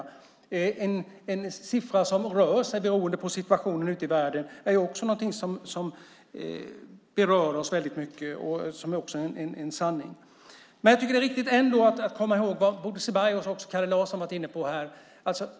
Det är en siffra som rör sig beroende på situationen i världen. Det är också något som berör oss mycket. Det är ändå viktigt att komma ihåg det som Bodil Ceballos och Kalle Larsson har varit inne på.